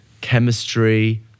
chemistry